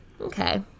Okay